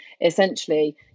essentially